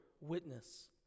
witness